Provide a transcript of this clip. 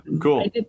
cool